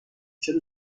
چرا